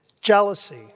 jealousy